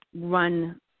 run